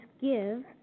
give